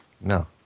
No